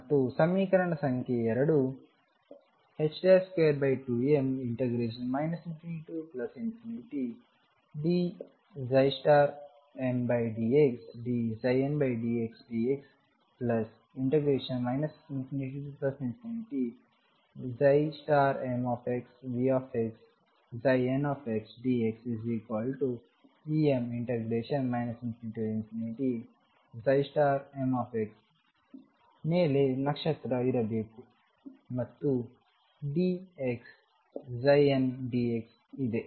ಮತ್ತು ಸಮೀಕರಣ ಸಂಖ್ಯೆ 2 22m ∞dmdxdndxdx ∞mVxndxEm ∞mx ಮೇಲೆ ನಕ್ಷತ್ರ ಇರಬೇಕು ಮತ್ತು d x ndx ಇದೆ